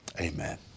amen